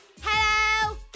hello